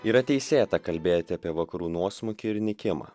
yra teisėta kalbėti apie vakarų nuosmukį ir nykimą